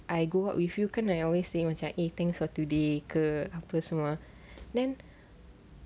I go out with you kan I always say macam thanks for today ke apa semua then